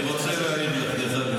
אני רוצה להעיר לך.